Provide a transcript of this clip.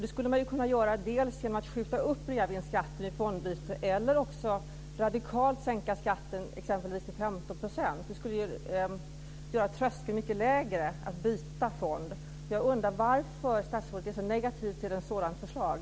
Det skulle man kunna göra dels genom att skjuta upp reavinstskatten i fonder, dels genom att radikalt sänka skatten exempelvis till 15 %. Det skulle göra tröskeln lite lägre till att byta fond.